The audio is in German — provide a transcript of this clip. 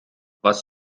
was